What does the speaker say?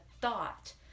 thought